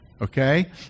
Okay